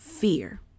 Fear